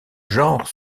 genre